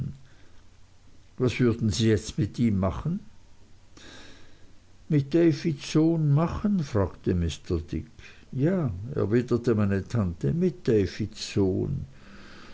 was würden sie jetzt mit ihm machen mit davids sohn machen fragte mr dick ja erwiderte meine tante mit